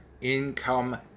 Income